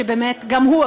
שבאמת גם הוא,